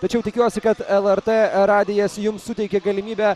tačiau tikiuosi kad lrt radijas jums suteikė galimybę